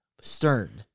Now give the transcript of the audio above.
Stern